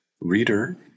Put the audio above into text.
reader